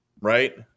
right